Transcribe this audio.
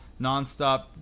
nonstop